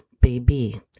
baby